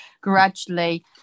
gradually